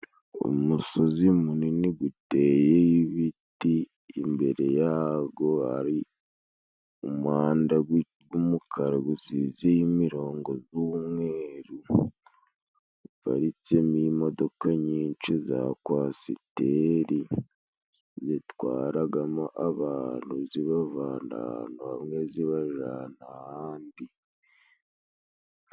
Umusozi munini guteyeho biti, imbere yago hari umuhanda g'umukara gusize zimirongo z'umweru ,paritsemo modoka nyinshi za kwasiteri zitwaragamo abantu, the zibavana ahantu bamwe zibajana ahandi.